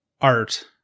art